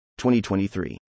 2023